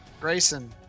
Grayson